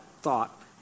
thought